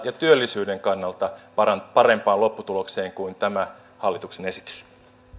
ja työllisyyden kannalta parempaan parempaan lopputulokseen kuin tämä hallituksen esitys